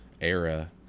era